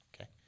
Okay